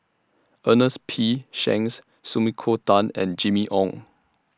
Ernest P Shanks Sumiko Tan and Jimmy Ong